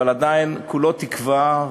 אבל עדיין כולו תקווה.